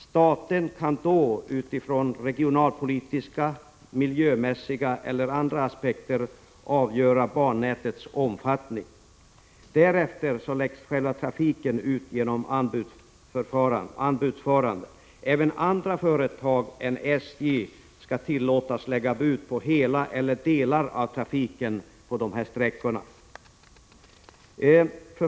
Staten kan då, utifrån regionalpolitiska, miljömässiga eller andra aspekter, avgöra bannätets omfattning. Därefter läggs själva trafiken ut genom anbudsförfarande. Även andra företag än SJ skall tillåtas lägga bud på hela eller delar av trafiken på olika sträckor.